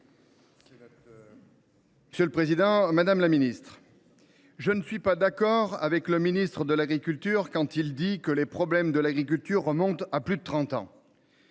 Monsieur le président, madame la ministre, mes chers collègues, je ne suis pas d’accord avec le ministre de l’agriculture quand il dit que les problèmes de l’agriculture remontent à plus de trente